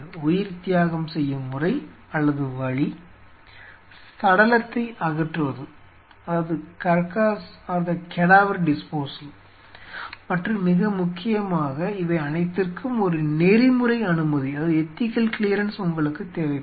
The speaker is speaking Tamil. உயிர்த்தியாகம் செய்யும் முறை அல்லது வழி சடலத்தை அகற்றுவது மற்றும் மிக முக்கியமாக இவை அனைத்திற்கும் ஒரு நெறிமுறை அனுமதி உங்களுக்குத் தேவைப்படும்